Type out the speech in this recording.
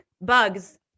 bugs